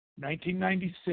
1996